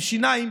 עם שיניים,